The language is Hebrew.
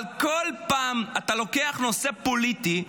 אבל כל פעם אתה לוקח נושא פוליטי,